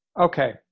okay